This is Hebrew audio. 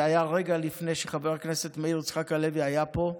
זה היה רגע לפני שחבר הכנסת מאיר יצחק הלוי היה פה,